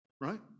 right